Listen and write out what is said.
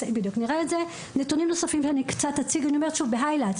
אציג נתונים נוספים בהיילייט,